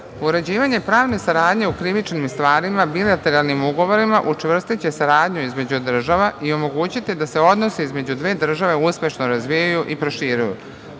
pravne saradnje u krivičnim stvarima bilateralnim ugovorima učvrstiće saradnju između država i omogućiti da se odnosi između dve države uspešno razvijaju i proširuju,